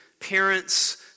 Parents